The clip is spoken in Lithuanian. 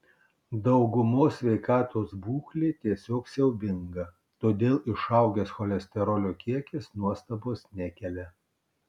daugumos sveikatos būklė tiesiog siaubinga todėl išaugęs cholesterolio kiekis nuostabos nekelia